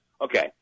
okay